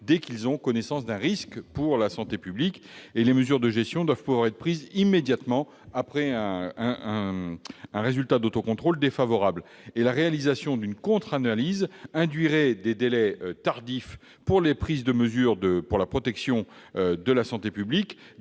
dès qu'ils ont connaissance d'un risque pour la santé publique. Les mesures de gestion doivent pouvoir être prises immédiatement après un résultat d'autocontrôle défavorable. La réalisation d'une contre-analyse aurait pour conséquence de retarder la prise de mesures de protection pour la santé publique,